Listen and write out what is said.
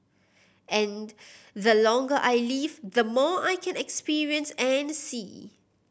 and the longer I live the more I can experience and see